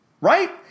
right